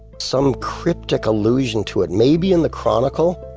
some cryptic allusion to it may be in the chronicle.